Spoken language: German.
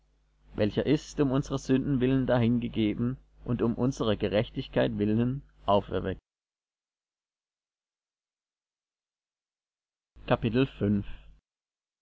welcher ist um unsrer sünden willen dahingegeben und um unsrer gerechtigkeit willen auferweckt